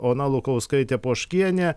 ona lukauskaitė poškienė